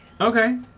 Okay